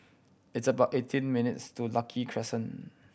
it's about eighteen minutes' to Lucky Crescent